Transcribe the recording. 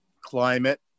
climate